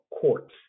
courts